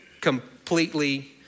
completely